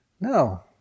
No